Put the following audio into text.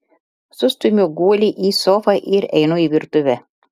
sustumiu guolį į sofą ir einu į virtuvę